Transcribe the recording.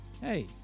hey